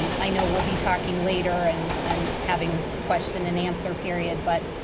um i know we'll be talking later and and having question and answer period, but